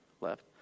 left